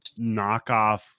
knockoff